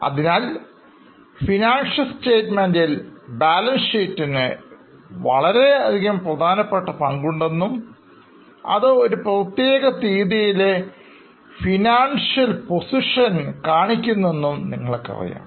അതിനാൽ financial statement ൽ balancesheet ന് വളരെ പ്രധാനപ്പെട്ട പങ്കുണ്ടെന്നും അത് ഒരു പ്രത്യേക തീയതിയിലെ ഫൈനാൻഷ്യൽ പൊസിഷൻ കാണിക്കുന്നു എന്നും നിങ്ങൾക്കറിയാം